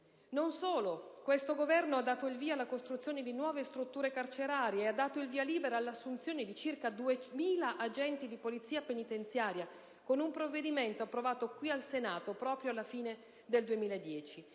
Non solo: questo Governo ha dato il via alla costruzione di nuove strutture carcerarie; ha dato il via libera all'assunzione di circa 2.000 agenti di Polizia penitenziaria, con un provvedimento approvato qui al Senato alla fine del 2010;